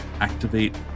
activate